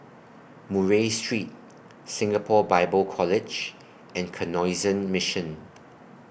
Murray Street Singapore Bible College and Canossian Mission